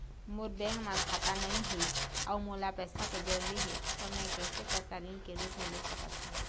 मोर bank म खाता नई हे अउ मोला पैसा के जरूरी हे त मे कैसे पैसा ऋण के रूप म ले सकत हो?